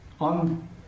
on